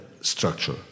structure